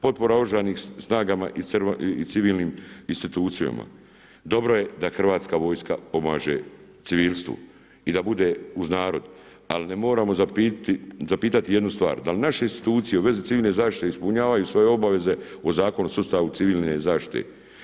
Potpora OS-a i civilnim institucijama, dobro je da hrvatska vojska pomaže civilstvu i da bude uz narod ali se moramo zapitati jednu stvar, dal' naše institucije u vezi civilne zaštite ispunjavaju svoje obaveze po Zakonu o sustavu civilne zaštite?